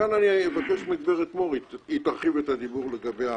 כאן אני אבקש מגברת מור ברזני להרחיב את הדיבור על כך.